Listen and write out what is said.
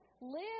live